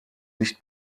nicht